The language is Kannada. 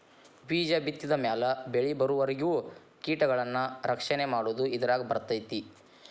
ಬೇಜ ಬಿತ್ತಿದ ಮ್ಯಾಲ ಬೆಳಿಬರುವರಿಗೂ ಕೇಟಗಳನ್ನಾ ರಕ್ಷಣೆ ಮಾಡುದು ಇದರಾಗ ಬರ್ತೈತಿ